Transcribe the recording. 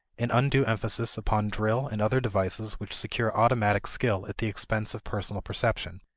an undue emphasis upon drill and other devices which secure automatic skill at the expense of personal perception.